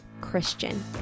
Christian